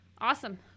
Awesome